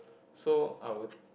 so I will